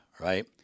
right